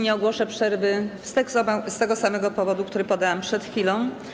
Nie ogłoszę przerwy z tego samego powodu, który podałam przed chwilą.